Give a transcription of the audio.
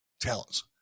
talents